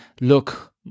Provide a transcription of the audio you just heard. look